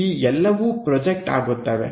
ಈ ಎಲ್ಲವೂ ಪ್ರೊಜೆಕ್ಟ್ ಆಗುತ್ತವೆ